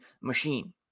machine